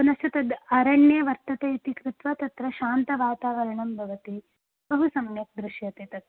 पुनश्च तद् अरण्ये वर्तते इति कृत्वा तत्र शान्तवातावरणं भवति बहु सम्यक् दृश्यते तत्